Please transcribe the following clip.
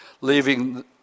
leaving